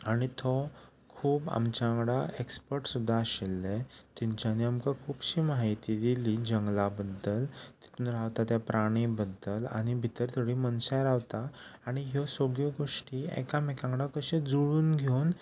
आनी तो खूब आमच्या वांगडा एक्सपर्ट सुद्दां आशिल्ले तेंच्यांनी आमकां खुबशीं माहिती दिली जंगला बद्दल तितून रावता त्या प्राणी बद्दल आनी भितर थोडीं मनशाय रावता आनी ह्यो सगळ्यो गोश्टी एकामेकां वांगडा कश्यो जुळून घेवन